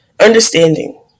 understanding